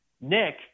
Nick